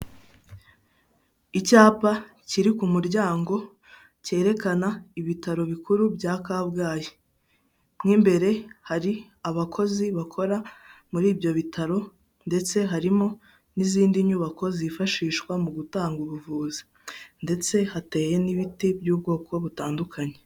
Icyapa kiri ku muryango, cyerekana ibitaro bikuru bya Kabgayi. Mo imbere hari abakozi bakora muri ibyo bitaro, ndetse harimo n'izindi nyubako zifashishwa mu gutanga ubuvuzi. Ndetse hateye n'ibiti by'ubwoko butandukanye.